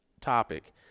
topic